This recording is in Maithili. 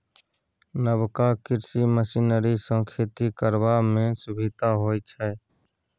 नबका कृषि मशीनरी सँ खेती करबा मे सुभिता होइ छै